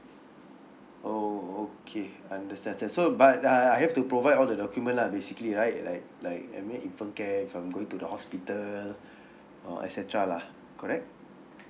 oh okay I understand understand so but uh I have to provide all the document lah basically right like like I mean infant care if I'm going to the hospital or etcetera lah correct